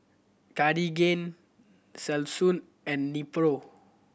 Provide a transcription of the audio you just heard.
Cartigain Selsun and Nepro